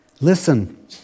Listen